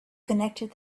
connected